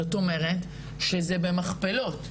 זאת אומרת שזה במכפלות,